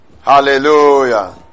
Hallelujah